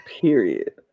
period